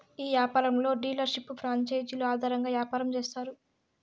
ఈ యాపారంలో డీలర్షిప్లు ప్రాంచేజీలు ఆధారంగా యాపారం చేత్తారు